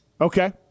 Okay